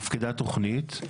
הופקדה תוכנית,